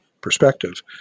perspective